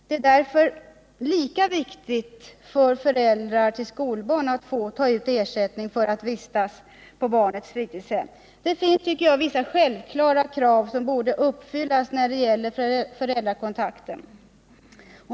Det är därför lika viktigt att föräldrar till skolbarn kan få ersättning för att kunna vistas på barnets fritidshem. Det finns vissa självklara krav som borde uppfyllas när det gäller föräldrakontakten.